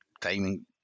timing